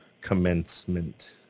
commencement